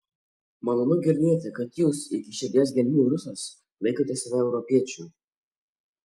malonu girdėti kad jūs iki širdies gelmių rusas laikote save europiečiu